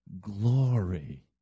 glory